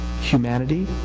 humanity